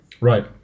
Right